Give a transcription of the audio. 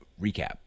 recap